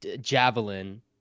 javelin